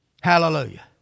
hallelujah